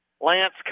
Lance